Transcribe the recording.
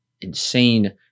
insane